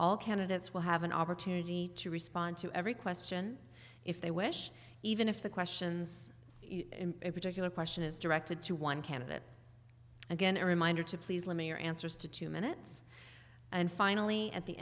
all candidates will have an opportunity to respond to every question if they wish even if the questions a particular question is directed to one candidate again a reminder to please let me your answers to two minutes and finally at the